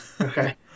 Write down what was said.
Okay